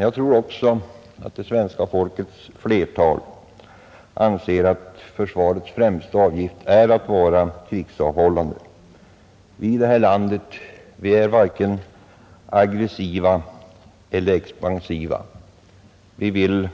Jag tror också att det svenska folkets flertal är överens om att försvarets främsta uppgift är att vara krigsavhållande. Vi i vårt land är varken aggressiva eller expansiva. Vi vill